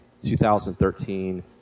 2013